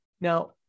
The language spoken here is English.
Now